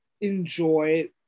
enjoy